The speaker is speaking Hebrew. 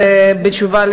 בתשובה על